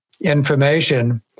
information